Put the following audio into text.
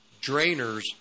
drainers